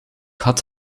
had